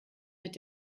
mit